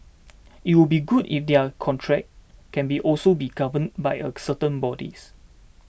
it would be good if they are contract can also be governed by a certain bodies